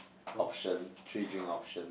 options three drink option